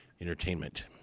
entertainment